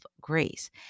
grace